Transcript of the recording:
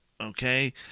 okay